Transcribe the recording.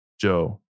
Joe